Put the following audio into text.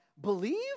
believe